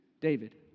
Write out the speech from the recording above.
David